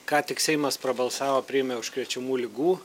ką tik seimas prabalsavo priėmė užkrečiamų ligų